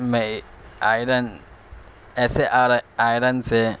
میں آئرن ایسے آئرن سے